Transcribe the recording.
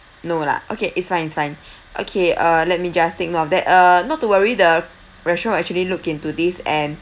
no lah okay it's fine it's fine okay uh let me just take note of that uh not to worry the restaurant actually look into this and